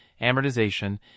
amortization